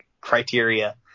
criteria